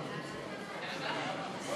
חוק